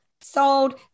sold